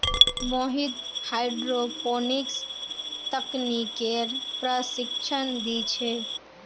Mohit hydroponics तकनीकेर प्रशिक्षण दी छे